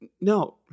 No